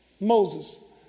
Moses